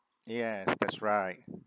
yes that's right